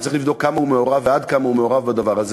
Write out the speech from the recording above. וצריך לבדוק כמה הוא מעורב ועד כמה הוא מעורב בדבר הזה,